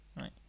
right